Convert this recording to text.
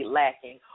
lacking